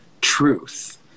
truth